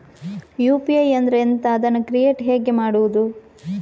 UPI ಅಂದ್ರೆ ಎಂಥ? ಅದನ್ನು ಕ್ರಿಯೇಟ್ ಹೇಗೆ ಮಾಡುವುದು?